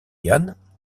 ian